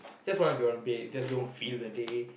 just wanna be on your bed just don't feel the day